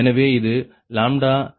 எனவே இது λ 39